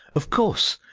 of course,